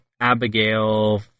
Abigail